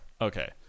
Okay